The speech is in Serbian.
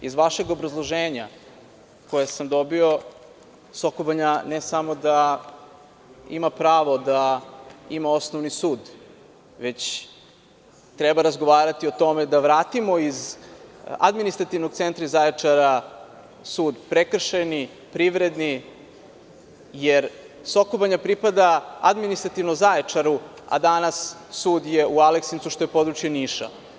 Iz vašeg obrazloženja, koje sam dobio, Soko Banja, ne samo da ima pravo da ima osnovni sud, već treba razgovarati o tome da vratimo iz administrativnog centra iz Zaječara Prekršajni sud, Privredni, jer Soko Banja pripada administrativno Zaječaru, a danas je sud u Aleksincu, što je područje Niša.